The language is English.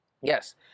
Yes